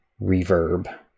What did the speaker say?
Reverb